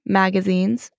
magazines